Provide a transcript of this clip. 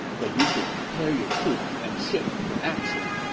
but you should prepare your troops and ships for action.